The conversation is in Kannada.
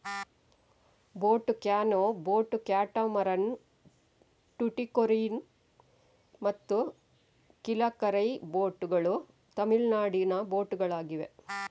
boat canoe, boat catamaran, Tuticorin ಮತ್ತು ಕಿಲಕರೈ ಬೋಟ್ ಗಳು ತಮಿಳುನಾಡಿನ ದೋಣಿಗಳಾಗಿವೆ